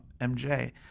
MJ